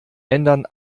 ändern